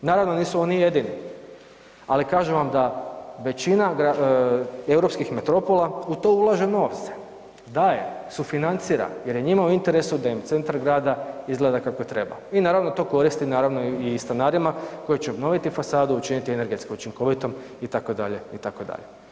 Naravno da nisu oni jedini, ali kažem vam da većina europskih metropola u to ulaže novce, daje, sufinancira jer je njima u interesu da im centar grada izgleda kako treba i naravno to koristi naravno i stanarima koji će obnoviti fasadu učiniti je energetski učinkovitom itd., itd.